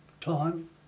time